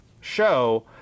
show